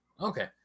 Okay